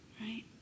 Right